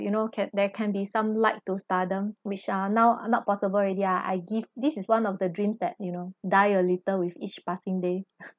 you know ~k there can be some light to stardom which are now not possible already ah I give this is one of the dreams that you know die a little with each passing day